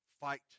Fight